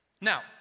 Now